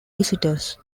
visitors